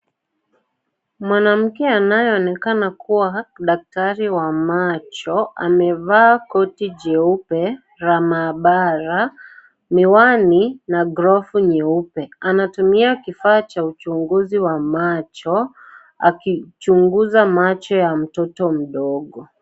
Mwanamke anayeonekana kuwa daktari wa macho. Amevaa koti jeupe la mahabara, miwani na glovu nyeupe. Anatumia kifaa cha uchunguzi wa macho akichunguza macho ya mtoto mdogo.